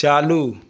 चालू